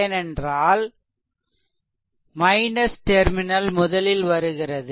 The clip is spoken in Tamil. ஏனென்றால் டெர்மினல் முதலில் வருகிறது